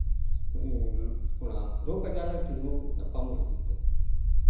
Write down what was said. ᱚᱱᱟ ᱨᱳᱜᱽ ᱟᱡᱟᱨ ᱨᱮ ᱛᱤᱸᱜᱩ ᱧᱟᱯᱟᱢᱚᱜ ᱞᱟᱹᱜᱤᱫ ᱛᱮ